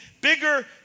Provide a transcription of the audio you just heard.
Bigger